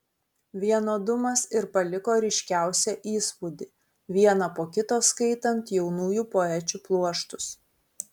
vienodumas ir paliko ryškiausią įspūdį vieną po kito skaitant jaunųjų poečių pluoštus